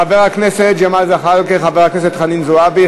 חבר הכנסת ג'מאל זחאלקה, חברת הכנסת חנין זועבי,